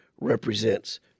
represents